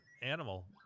animal